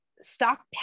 stock